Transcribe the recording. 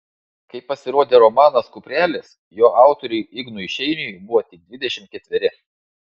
kai pasirodė romanas kuprelis jo autoriui ignui šeiniui buvo tik dvidešimt ketveri